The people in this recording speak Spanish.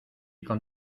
con